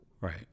Right